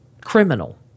criminal